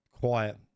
quiet